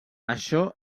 això